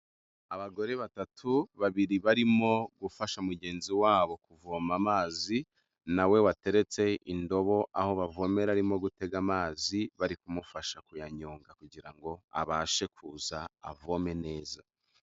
Abagore batatu babiri barimo gufasha mugenzi wabo kuvoma amazi, na we wateretse indobo aho bavomere, arimo gutega amazi, bari kumufasha kuyanyonga kugira ngo abashe kuza avome neza.